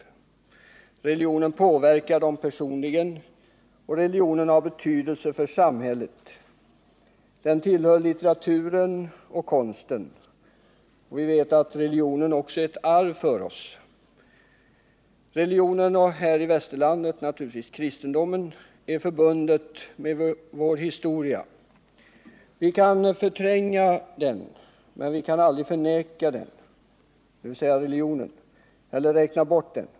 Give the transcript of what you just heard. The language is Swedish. Religionen påverkar dem personligen, och den har betydelse för samhället. Den tillhör litteraturen och konsten, och vi vet att religionen också är ett arv för oss. Religionen, här i västerlandet naturligtvis kristendomen, är förbunden med vår historia. Vi kan förtränga religionen, men vi kan aldrig förneka eller räkna bort den.